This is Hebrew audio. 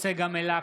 צגה מלקו,